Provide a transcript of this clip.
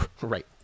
right